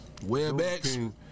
WebEx